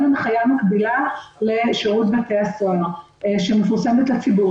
אבל אין הנחייה מקבילה לשירות בתי הסוהר שמפורסמת לציבור.